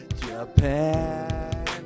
Japan